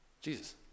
Jesus